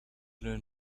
learn